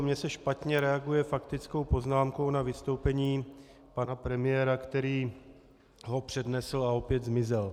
Mně se špatně reaguje faktickou poznámkou na vystoupení pana premiéra, který ho přednesl a opět zmizel.